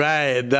Right